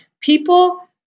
people